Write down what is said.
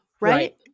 Right